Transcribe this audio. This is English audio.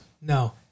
no